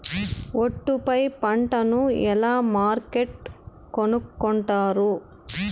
ఒట్టు పై పంటను ఎలా మార్కెట్ కొనుక్కొంటారు?